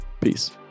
Peace